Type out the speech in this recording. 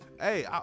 Hey